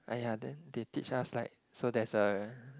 (aiya) they they teach us like so there's a